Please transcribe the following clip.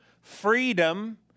freedom